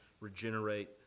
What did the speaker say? regenerate